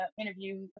interview